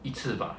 一次吧